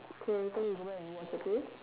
okay later we go back and watch okay